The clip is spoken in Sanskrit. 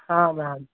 आमाम्